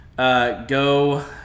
Go